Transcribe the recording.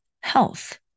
health